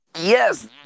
Yes